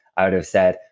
i would have said,